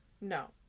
No